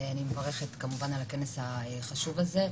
אני מברכת כמובן על הכנס החשוב הזה.